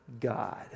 God